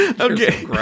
Okay